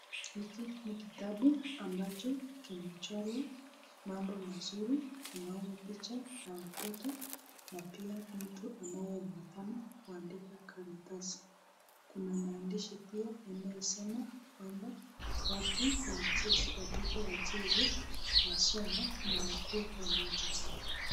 Hiki ni kitabu ambacho kimechorwa mambo mazuri. Tunaona picha ya watoto na pia mtu anayeonekana ameandika karatasi kuna maandishi yanayosema kwamba watu wacheze watoto wacheze, wasome na wakuwe pamoja.